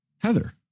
Heather